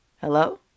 hello